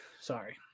Sorry